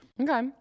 Okay